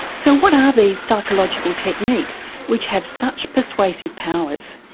so what are these psychological techniques which have such persuasive powers?